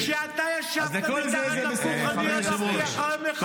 -- כשאתה ישבת מתחת לפוך, אני רדפתי אחרי מחבלים.